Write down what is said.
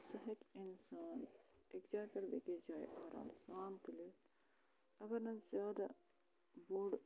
سُہ ہیٚکہِ اِنسان اَکہِ جایہِ پٮ۪ٹھ بیٚکِس جایہِ آرام سان تُلِتھ اگر نہٕ زیادٕ بوٚڈ